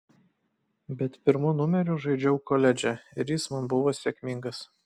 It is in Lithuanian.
bet pirmu numeriu žaidžiau koledže ir jis man buvo sėkmingas